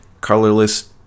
colorless